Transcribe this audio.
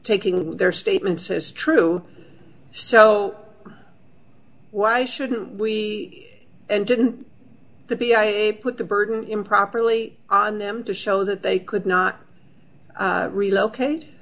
taking their statements as true so why shouldn't we and didn't the b s a put the burden improperly on them to show that they could not relocate